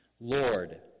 Lord